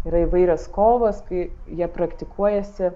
yra įvairios kovos kai jie praktikuojasi